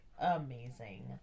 amazing